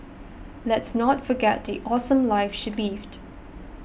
let's not forget the awesome life she lived